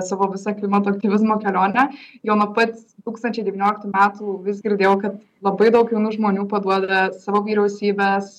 savo visą klimato aktyvizmo kelionę jau nuo pat du tūkstančiai devynioliktų metų vis girdėjau kad labai daug jaunų žmonių paduoda savo vyriausybes